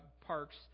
parks